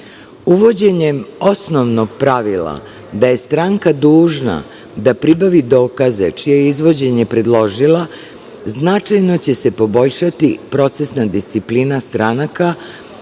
dokaza. Uvođenjem osnovnog pravila da je stranka dužna da pribavi dokaze čije je izvođenje predložila, značajno će se poboljšati procesna disciplina stranaka